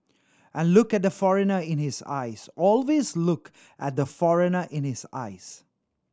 and look at the foreigner in his eyes always look at the foreigner in his eyes